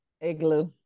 Igloo